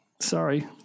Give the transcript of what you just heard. Sorry